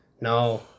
No